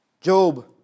Job